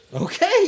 Okay